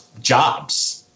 jobs